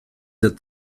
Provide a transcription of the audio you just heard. der